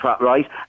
right